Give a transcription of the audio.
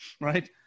right